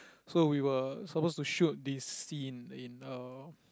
so we were suppose to shoot this scene in a